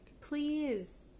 Please